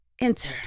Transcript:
enter